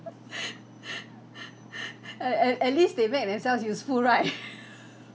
uh at at least they make themselves useful right